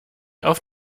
auf